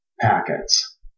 packets